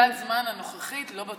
בנקודת הזמן הנוכחית זה לא בטוח.